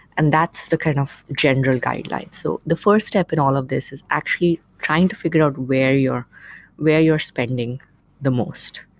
and that's the kind of general guidelines. so the first step in all of these is actually trying to figure out where you're where you're spending the most.